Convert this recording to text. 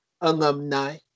alumni